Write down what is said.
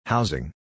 Housing